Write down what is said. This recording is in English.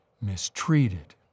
mistreated